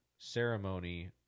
ceremony